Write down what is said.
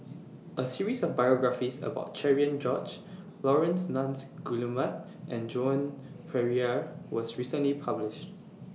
A series of biographies about Cherian George Laurence Nunns Guillemard and Joan Pereira was recently published